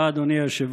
תודה, אדוני היושב-ראש.